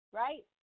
right